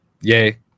Yay